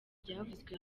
byavuzwe